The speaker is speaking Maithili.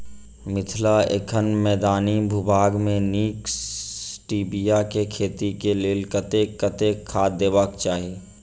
मिथिला एखन मैदानी भूभाग मे नीक स्टीबिया केँ खेती केँ लेल कतेक कतेक खाद देबाक चाहि?